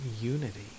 unity